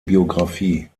biographie